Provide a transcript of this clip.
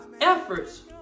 efforts